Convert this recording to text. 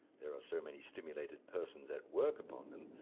there are so many stimulated persons at work upon them,